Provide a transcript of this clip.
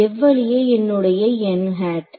எவ்வழியே என்னுடைய n had